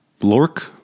Lork